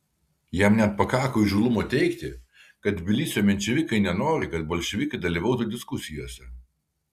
jam net pakako įžūlumo teigti kad tbilisio menševikai nenori kad bolševikai dalyvautų diskusijose